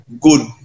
good